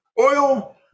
oil